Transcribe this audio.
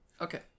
Okay